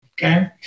Okay